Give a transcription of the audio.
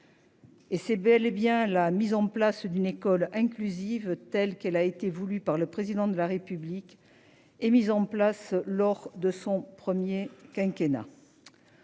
Et c'est bel et bien la mise en place d'une école inclusive telle qu'elle a été voulue par le président de la République. Et mis en place lors de son premier quinquennat.--